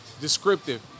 descriptive